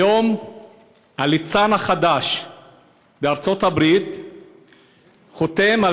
היום הליצן החדש בארצות-הברית חותם על